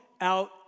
out